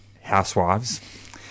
housewives